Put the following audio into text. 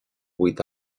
vuit